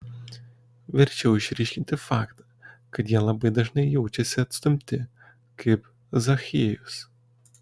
verčiau išryškinti faktą kad jie labai dažai jaučiasi atstumti kaip zachiejus